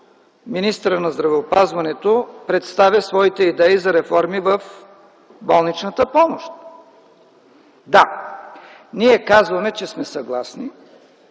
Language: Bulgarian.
министърът на здравеопазването представя своите идеи за реформи в болничната помощ. Да, ние казваме, че сме съгласни